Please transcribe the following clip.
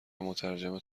مترجمت